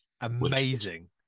amazing